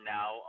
now